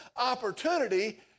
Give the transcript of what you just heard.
opportunity